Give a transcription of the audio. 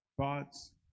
thoughts